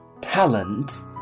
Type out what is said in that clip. talent